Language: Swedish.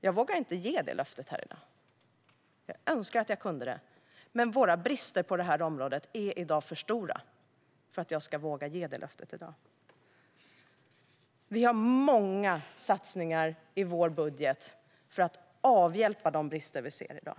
Jag vågar inte ge det löftet här i dag. Jag önskar att jag kunde det. Men våra brister på området är i dag för stora för att jag ska våga ge det löftet i dag. Vi har många satsningar i vår budget för att avhjälpa de brister vi ser i dag.